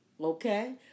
Okay